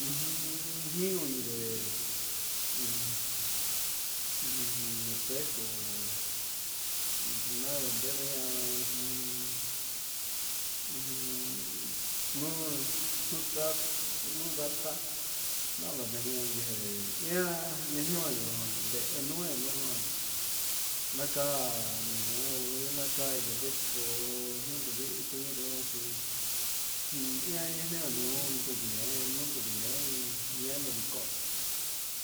Ujun nion iin ndé un un espejo, ndada ndeme ihá un ujun nuu nunda nutata ndama ni iha ndemee ian ndemenio ján nde nuu enujan, naka nuyevo yuanaka nredeko ñuduu hí tui denchí ihan ndeen nano'o nduvien nondun vien un ndeyo hiko.